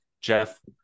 Jeff